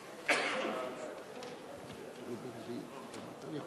יש מורים לא טובים.